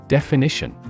Definition